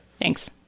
Thanks